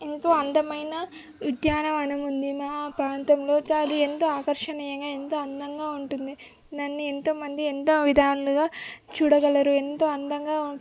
ఎంతో అందమైన ఉద్యానవనం ఉంది మా ప్రాంతంలో అది ఎంతో ఆకర్షణీయంగా ఎంతో అందంగా ఉంటుంది దాన్ని ఎంతో మంది ఎంతో విధాలుగా చూడగలరు ఎంతో అందంగా